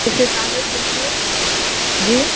اس کے چارجیز دیکھ رہے ہو جی